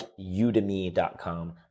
udemy.com